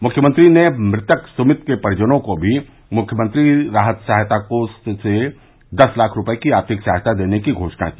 मुख्यमंत्री ने मृतक सुमित के परिजनों को भी मुख्यमंत्री राहत कोष से दस लाख रुपये की आर्थिक सहायता देने की घोषणा की